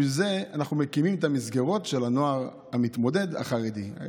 בשביל זה אנחנו מקימים את המסגרות של הנוער החרדי שמתמודד.